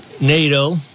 NATO